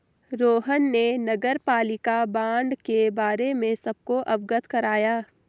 रोहन ने नगरपालिका बॉण्ड के बारे में सबको अवगत कराया